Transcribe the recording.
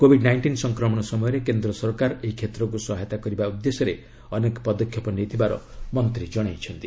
Covid nineteen ସଂକ୍ରମଣ ସମୟରେ କେନ୍ଦ୍ର ସରକାର ଏହି କ୍ଷେତ୍ରକୁ ସହାୟତା କରିବା ଉଦ୍ଦେଶ୍ୟରେ ଅନେକ ପଦକ୍ଷେପ ନେଇଥିବାର ମନ୍ତ୍ରୀ ଜଣାଇଛନ୍ତି